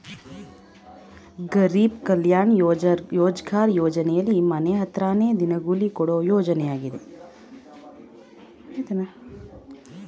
ಗರೀಬ್ ಕಲ್ಯಾಣ ರೋಜ್ಗಾರ್ ಯೋಜನೆಲಿ ಮನೆ ಹತ್ರನೇ ದಿನಗೂಲಿ ಕೊಡೋ ಯೋಜನೆಯಾಗಿದೆ